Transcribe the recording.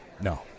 No